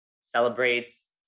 celebrates